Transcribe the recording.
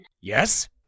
Yes